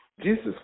Jesus